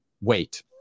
wait